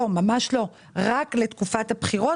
נכון, הכול רק לתקופת הבחירות.